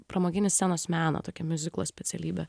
pramoginio scenos meno tokia miuziklo specialybė